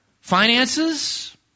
Finances